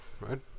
right